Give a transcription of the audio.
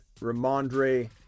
Ramondre